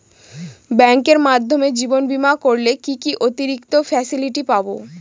ব্যাংকের মাধ্যমে জীবন বীমা করলে কি কি অতিরিক্ত ফেসিলিটি পাব?